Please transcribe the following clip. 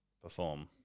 perform